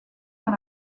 dans